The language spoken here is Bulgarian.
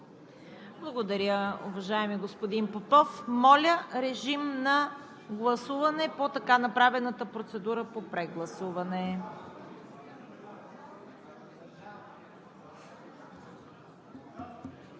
Благодаря, уважаеми господин Попов. Моля режим на гласуване по така направената процедура по прегласуване.